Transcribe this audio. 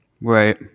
Right